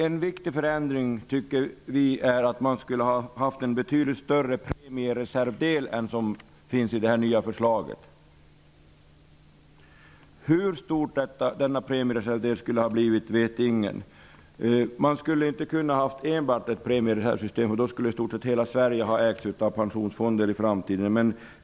En viktig förändring vore att man hade en betydligt större premiereservdel än som finns i det nya förslaget. Hur stor denna premiereservdel skulle ha blivit vet ingen. Hade man enbart ett premiereservsystem, skulle i stort sett hela Sverige ha ägts av pensionsfonder i framtiden.